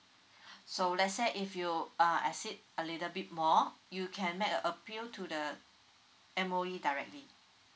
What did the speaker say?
so let's say if you uh exceed a little bit more you can make a appeal to the M_O_E directly